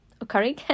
occurring